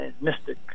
Mystic